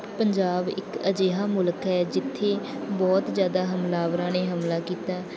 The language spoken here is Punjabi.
ਪੰਜਾਬ ਇੱਕ ਅਜਿਹਾ ਮੁਲਕ ਹੈ ਜਿੱਥੇ ਬਹੁਤ ਜ਼ਿਆਦਾ ਹਮਲਾਵਰਾਂ ਨੇ ਹਮਲਾ ਕੀਤਾ